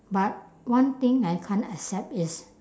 but one thing I can't accept is